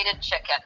chicken